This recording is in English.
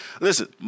Listen